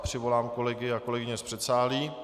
Přivolám kolegy a kolegyně z předsálí.